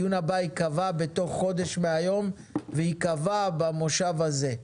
הדיון יקבע בעוד חודש מהיום במושב הזה.